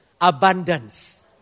abundance